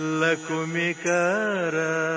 lakumikara